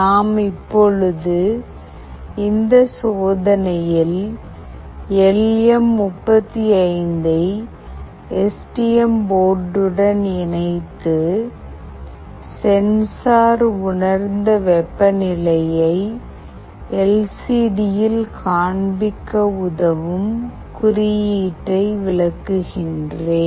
நாம் இப்பொழுது இந்த சோதனையில் எல் எம் 35 ஐ எஸ் டி எம் போர்டு உடன் இணைத்து சென்சார் உணர்ந்த வெப்பநிலையை எல் சி டி யில் காண்பிக்க உதவும் குறியீடை விளக்குகிறேன்